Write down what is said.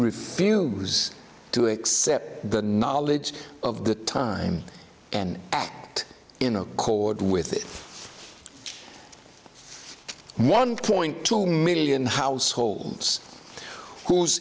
refuse to accept the knowledge of the time and act in accord with one point two million households whose